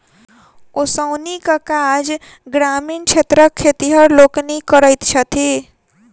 ओसौनीक काज ग्रामीण क्षेत्रक खेतिहर लोकनि करैत छथि